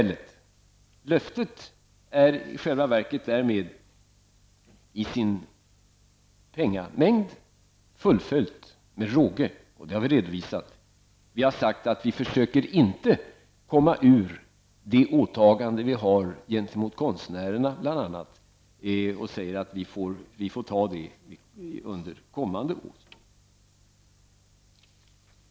Löftet är i själva verket därmed mätt i mängden pengar fullföljt med råge, och det har vi redovisat. Vi försöker inte komma ur de åtaganden som vi har gentemot bl.a. konstnärerna genom att säga att detta är något som vi får ta under kommande år.